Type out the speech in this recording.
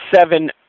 seven